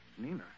Nina